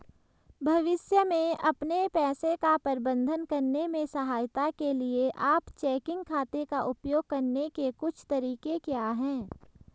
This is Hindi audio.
भविष्य में अपने पैसे का प्रबंधन करने में सहायता के लिए आप चेकिंग खाते का उपयोग करने के कुछ तरीके क्या हैं?